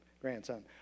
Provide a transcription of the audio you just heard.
grandson